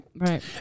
right